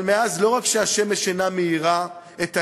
אבל מאז, לא רק שהשמש אינה מאירה את האמת,